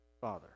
Father